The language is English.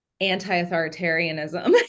anti-authoritarianism